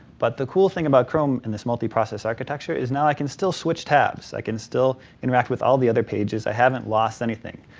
but the cool thing about chrome in this multiprocess architecture is now i can still switch tabs, i can still interact with all the other pages, i haven't lost anything.